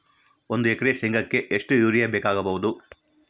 ಒಂದು ಎಕರೆ ಶೆಂಗಕ್ಕೆ ಎಷ್ಟು ಯೂರಿಯಾ ಬೇಕಾಗಬಹುದು?